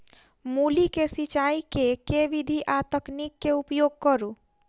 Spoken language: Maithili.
मूली केँ सिचाई केँ के विधि आ तकनीक केँ उपयोग करू?